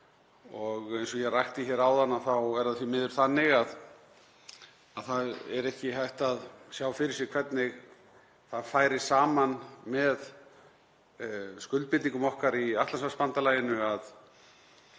Eins og ég rakti hér áðan þá er það því miður þannig að það er ekki hægt að sjá fyrir sér hvernig það færi saman með skuldbindingum okkar í Atlantshafsbandalaginu að